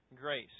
grace